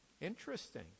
interesting